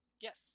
Yes